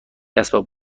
اسباب